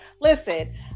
listen